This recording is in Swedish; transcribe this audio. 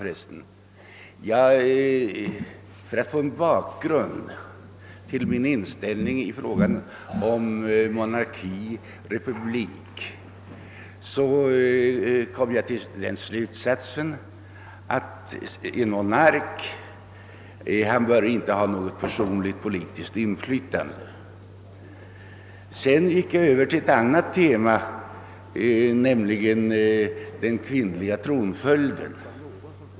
För att teckna en bakgrund till min inställning i frågan om monarki eller republik drog jag den slutsatsen att en monark inte bör ha något personligt politiskt inflytande. Sedan gick jag över till ett annat tema, nämligen den kvinnliga tronföljden.